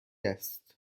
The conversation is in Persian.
است